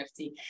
NFT